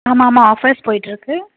ஆமாம் ஆமாம் ஆஃபர்ஸ் போயிட்டிருக்கு